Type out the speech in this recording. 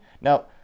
now